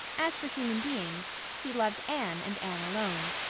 as for human beings, he loved anne and anne alone.